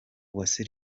uwase